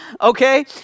okay